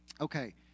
Okay